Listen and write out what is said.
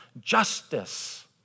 justice